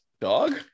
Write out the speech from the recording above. dog